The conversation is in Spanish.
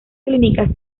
clínicas